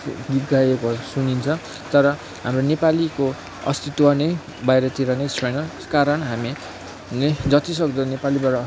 गीत गाएको सुनिन्छ तर हाम्रो नेपालीको अस्तित्व नै बाहिरतिर छैन त्यसकारण हामी नै जतिसक्दो नेपालीबाट